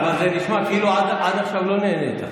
אבל זה נשמע כאילו עד עכשיו לא נהנית.